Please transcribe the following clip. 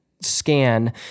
scan